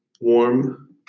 warm